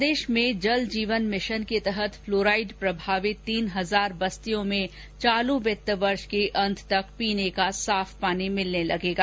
प्रदेश में जल जीवन मिशन के तहत फ्लोराइड प्रभावित तीन हजार बस्तियों में चालू वित्त वर्ष के अन्त तक पीने का साफ पानी मिलने लगेगा